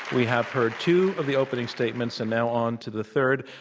we have heard two of the opening statements and now onto the third.